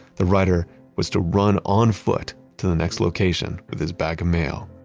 the rider was to run on foot to the next location with his bag of mail.